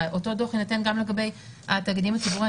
אותו דוח יינתן גם לגבי התאגידים הציבוריים.